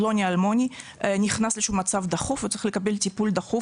פלוני אלמוני נכנס לאיזשהו מצב דחוף וצריך לקבל טיפול דחוף